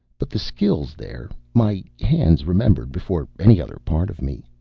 but the skill's there. my hands remembered before any other part of me.